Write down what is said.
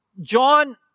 John